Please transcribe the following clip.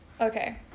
Okay